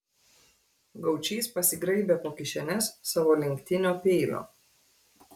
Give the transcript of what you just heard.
gaučys pasigraibė po kišenes savo lenktinio peilio